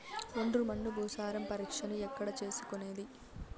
ఒండ్రు మన్ను భూసారం పరీక్షను ఎక్కడ చేసుకునేది?